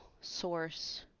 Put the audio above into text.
source